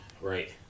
Right